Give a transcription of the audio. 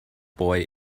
boy